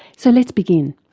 so let's begin.